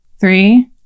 Three